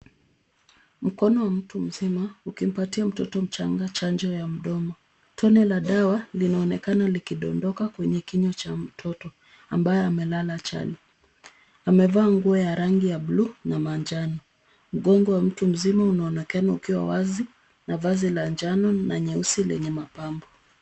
Mkono wa mtu mzima ukimpatia mtoto mdogo chanjo ya mdomo. Tone la dawa linaonekana likidondoka kwenye kinywa cha mtoto ambaye amelala chali. Amevaa nguo ya rangi ya bluu na manjano. Mgongo wa mtu mzima unaonekana ukiwa wazi na vazi la njano na nyeusi lenye mapambo.